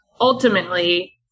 ultimately